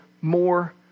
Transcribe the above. more